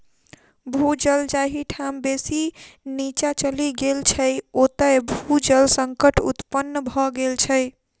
भू जल जाहि ठाम बेसी नीचाँ चलि गेल छै, ओतय भू जल संकट उत्पन्न भ गेल छै